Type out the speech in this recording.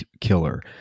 killer